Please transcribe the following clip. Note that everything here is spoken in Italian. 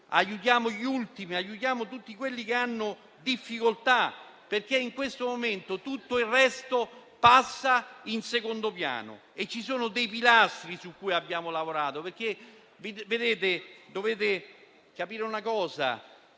Aiutiamo gli ultimi e tutti colori che hanno difficoltà, perché in questo momento tutto il resto passa in secondo piano. Ci sono pilastri su cui abbiamo lavorato.